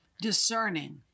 Discerning